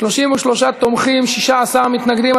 33 תומכים, 16 מתנגדים.